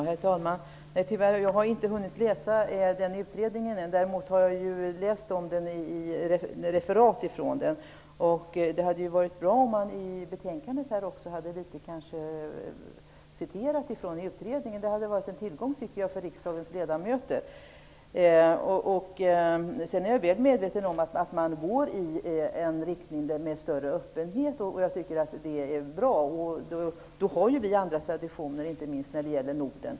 Herr talman! Jag har tyvärr inte hunnit läsa den utredningen än. Däremot har jag läst referat av den. Det hade varit bra om man också i betänkandet hade citerat från utredningen. Det hade varit en tillgång för riksdagens ledamöter. Jag är väl medveten om att man går i riktning mot större öppenhet och det är bra. Vi har ju andra traditioner, inte minst när det gäller Norden.